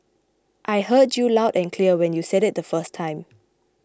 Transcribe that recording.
I heard you loud and clear when you said it the first time